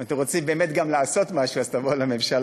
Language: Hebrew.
אם אתם רוצים באמת לעשות משהו אז תבואו לממשלה.